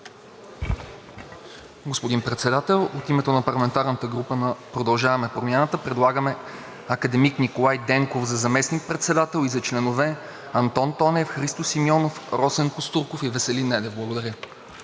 Господин Председател! От името на парламентарната група на „Продължаваме Промяната“ предлагаме академик Николай Денков за заместник-председател и за членове Антон Тонев, Христо Симеонов, Росен Костурков и Веселин Недев. Благодаря.